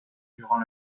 durant